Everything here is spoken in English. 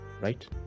right